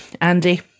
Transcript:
andy